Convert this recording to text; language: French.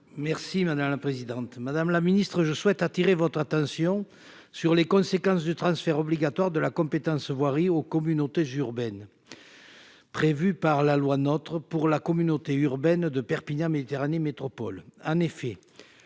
Merci madame la présidente, madame la ministre je souhaite attirer votre attention sur les conséquences du transfert obligatoire de la compétence voirie aux communautés urbaines prévue par la loi, notre pour la communauté urbaine de Perpignan Méditerranée métropole